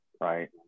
right